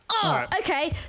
Okay